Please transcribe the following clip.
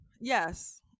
Yes